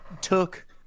took